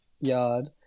yard